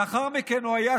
לאחר מכן הוא היה,